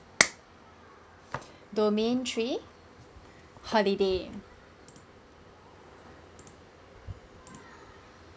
domain three holiday